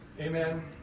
Amen